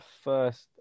first